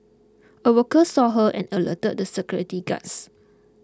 a worker saw her and alerted the security guards